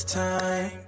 time